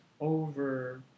over